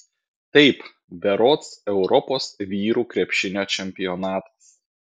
taip berods europos vyrų krepšinio čempionatas